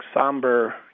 somber